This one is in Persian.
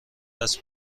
است